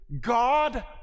God